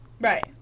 Right